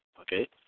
okay